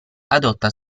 adotta